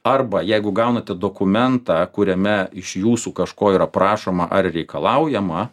arba jeigu gaunate dokumentą kuriame iš jūsų kažko yra prašoma ar reikalaujama